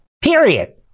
Period